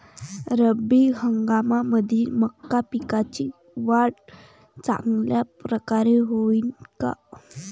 रब्बी हंगामामंदी मका पिकाची वाढ चांगल्या परकारे होईन का?